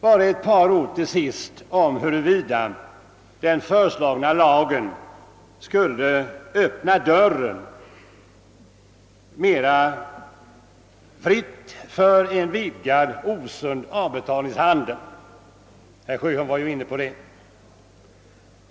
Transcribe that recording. Till sist bara ett par ord huruvida den föreslagna lagen skulle öppna dörren mera fritt för en vidgad, osund avbetalningshandel. Herr Sjöholm var ju inne på den frågan.